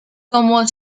como